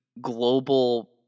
global